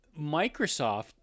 Microsoft